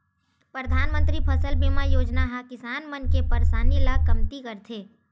परधानमंतरी फसल बीमा योजना ह किसान मन के परसानी ल कमती करथे